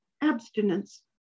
abstinence